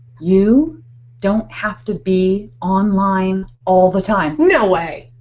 you don't have to be online all the time. no way!